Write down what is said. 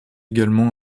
également